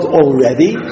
already